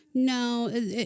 No